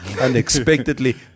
unexpectedly